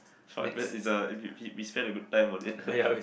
so I is uh he we spend a good time on it